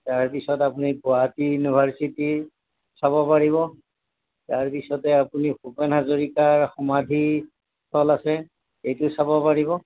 তাৰপিছত আপুনি গুৱাহাটী ইউনিভাৰ্ছিটি চাব পাৰিব তাৰপিছতে আপুনি ভূপেন হাজৰিকাৰ সমাধি স্থল আছে সেইটো চাব পাৰিব